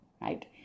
right